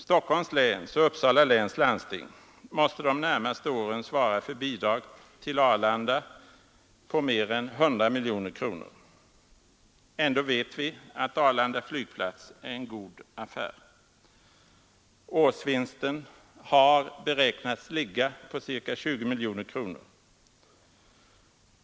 Stockholms läns och Uppsala läns landsting måste de närmaste åren svara för bidrag till Arlanda på mer än 100 miljoner kronor. Ändå vet vi att Arlanda flygplats är en god affär. Årsvinsten har beräknats ligga på ca 20 miljoner kronor.